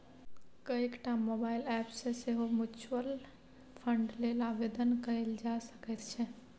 कएकटा mobile app सँ सेहो म्यूचुअल फंड लेल आवेदन कएल जा सकैत छै